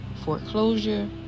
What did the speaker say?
Foreclosure